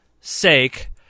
sake